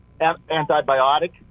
antibiotic